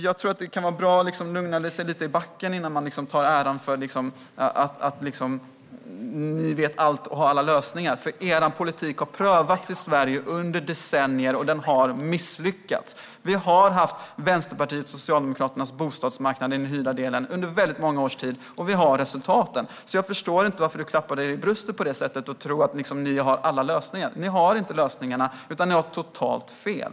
Jag tror att det kan vara bra att ta det lite lugnt i backen och inte tro att ni vet allt och har alla lösningar, för er politik har prövats i Sverige under decennier och har misslyckats. Vi har haft Vänsterpartiets och Socialdemokraternas bostadsmarknad vad gäller den hyrda delen under väldigt många års tid, och vi har resultaten. Jag förstår inte varför du slår dig för bröstet och tror att ni har alla lösningar. Ni har inte lösningarna, utan ni har totalt fel.